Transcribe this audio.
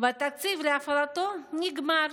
והתקציב להפעלתו נגמר.